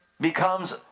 becomes